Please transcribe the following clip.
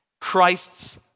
Christ's